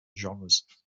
genres